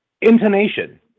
Intonation